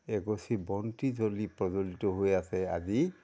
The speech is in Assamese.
এগছি বন্তি জ্বলি প্ৰজলিত হৈ আছে আজি